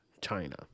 China